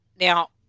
Now